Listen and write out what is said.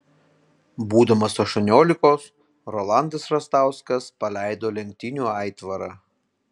būdamas aštuoniolikos rolandas rastauskas paleido lenktynių aitvarą